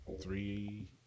three